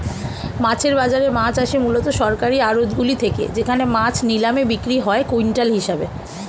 মাছের বাজারে মাছ আসে মূলত সরকারি আড়তগুলি থেকে যেখানে মাছ নিলামে বিক্রি হয় কুইন্টাল হিসেবে